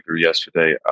yesterday